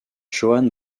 joan